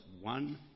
one